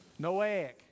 Noahic